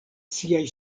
siaj